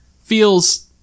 feels